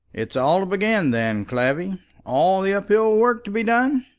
it's all to begin then, clavvy all the up-hill work to be done?